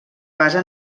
basa